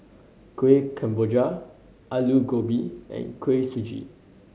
Kueh Kemboja Aloo Gobi and Kuih Suji